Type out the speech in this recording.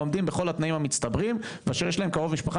העומדים בכל התנאים המצטברים ואשר יש להם קרוב משפחה,